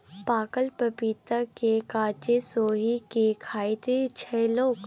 पाकल पपीता केँ कांचे सोहि के खाइत छै लोक